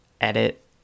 edit